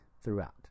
throughout